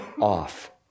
off